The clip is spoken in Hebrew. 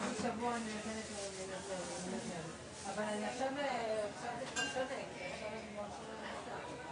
אפילו אם לא ניתן להשבית את כל התחנות שיורם הצביע עליהן אלא רק אחת,